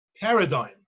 paradigm